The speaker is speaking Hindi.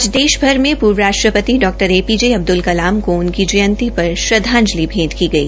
आज देशभर मे पूर्व राष्टपति Dr A P J Abdul Kalam को उनकी जयंती पर श्रद्धांजलि भेंट की गई